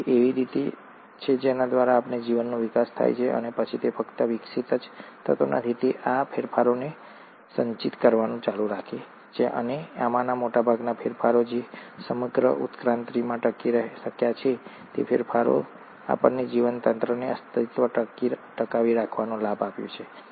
તેથી એવી રીતો છે કે જેના દ્વારા જીવનનો વિકાસ થાય છે અને પછી તે ફક્ત વિકસિત જ થતો નથી તે આ ફેરફારોને સંચિત કરવાનું ચાલુ રાખે છે અને આમાંના મોટાભાગના ફેરફારો જે સમગ્ર ઉત્ક્રાંતિમાં ટકી શક્યા છે તે ફેરફારો છે જેણે આપેલ જીવતંત્રને અસ્તિત્વ ટકાવી રાખવાનો લાભ આપ્યો છે